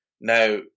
now